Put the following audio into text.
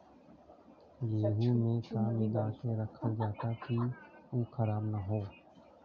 गेहूँ में का मिलाके रखल जाता कि उ खराब न हो?